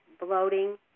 bloating